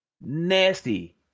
nasty